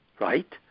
right